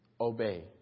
obey